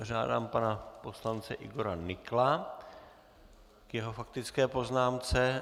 Žádám pana poslance Igora Nykla k jeho faktické poznámce.